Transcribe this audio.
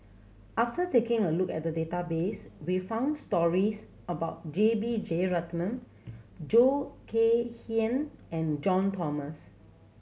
after taking a look at the database we found stories about J B Jeyaretnam Khoo Kay Hian and John Thomson